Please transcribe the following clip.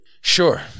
Sure